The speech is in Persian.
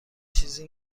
چیزی